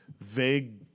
vague